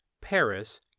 Paris